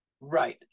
Right